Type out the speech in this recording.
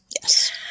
yes